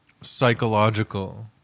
psychological